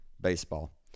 baseball